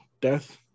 death